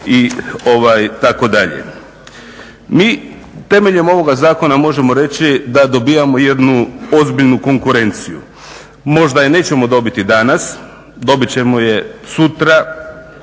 Mi temeljem ovoga zakona možemo reći da dobivamo jednu ozbiljnu konkurenciju. Možda je nećemo dobiti danas, dobit ćemo je sutra.